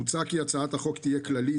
מוצע כי הצעת החוק תהיה כללית,